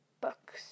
books